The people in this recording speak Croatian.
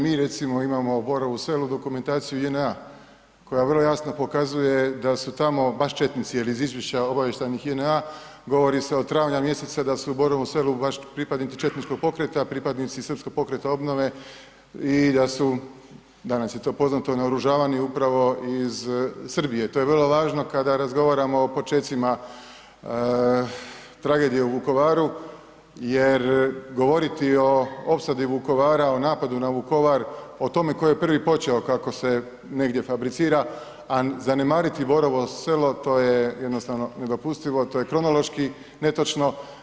Mi recimo imamo u Borovu selu dokumentaciju JNA koja vrlo jasno pokazuje da su tamo baš četnici jer iz izvješća obavještajnih JNA govori se od travnja mjeseca da su u Borovom selu baš pripadnici četničkog pokreta, pripadnici srpskog pokreta obnove i da su, danas je to poznato, naoružavani upravo iz Srbije, to je vrlo važno kada razgovaramo o počecima tragedije u Vukovaru jer govoriti o opsadi Vukovara, o napadu na Vukovar, o tome tko je prvi počeo, kako se negdje fabricira, a zanemariti Borovo selo, to je jednostavno nedopustivo, to je kronološki netočno.